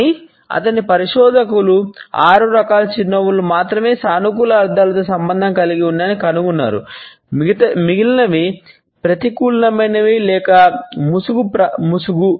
కానీ అతని పరిశోధకులు ఆరు రకాల చిరునవ్వులు మాత్రమే సానుకూల అర్థాలతో సంబంధం కలిగి ఉన్నాయని కనుగొన్నారు మిగిలినవి ప్రతికూలమైనవి లేదా ముసుగు